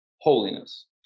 holiness